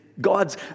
God's